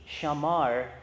shamar